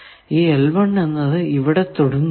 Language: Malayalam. ഈ എന്നത് ഇവിടെ തൊടുന്നുണ്ട്